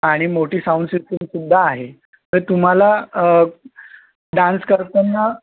आणि मोठी sound system सुद्धा आहे तर तुम्हाला डान्स करताना